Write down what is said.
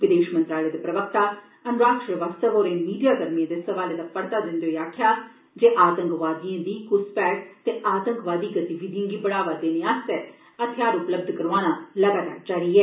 विदेश मंत्रालय दे प्रवक्ता अनुराग श्रीवास्तव होरें मीडिया कर्मियें दे सवाले दा परता दिन्दे होई आक्खेआ जे आतंकवादिएं दी घुसपैठ ते आतंकवादी गतिविधिएं गी बढ़ावा देने आस्तै हथियार उपलब्ध करवाना लगातार जारी ऐ